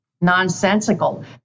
nonsensical